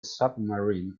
submarine